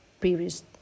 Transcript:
previous